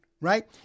Right